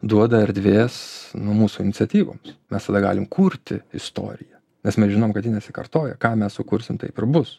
duoda erdvės nu mūsų iniciatyvoms mes tada galim kurti istoriją nes mes žinom kad ji nesikartoja ką mes sukursim taip ir bus